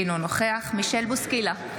אינו נוכח מישל בוסקילה,